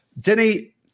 Denny